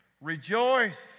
rejoice